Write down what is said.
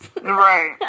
Right